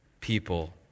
people